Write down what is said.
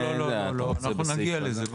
לא, לא, לא, אנחנו נגיע לזה.